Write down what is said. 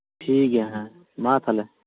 ᱴᱷᱤᱠᱜᱮᱭᱟ ᱦᱮᱸ ᱢᱟ ᱛᱟᱞᱦᱮ